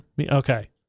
Okay